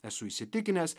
esu įsitikinęs